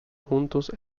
juntos